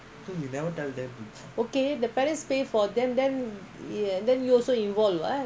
then you also involve what ah they should know [what]